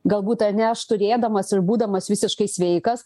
galbūt ar ne aš turėdamas ir būdamas visiškai sveikas